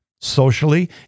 socially